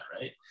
right